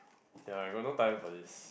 ya got no time for this